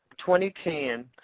2010